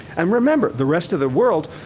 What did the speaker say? and remember, the rest of the world